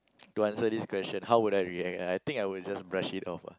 to answer this question how would I react I think I would just brush it off